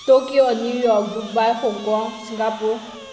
Tokyo New York Dubai Hong Kong Singapore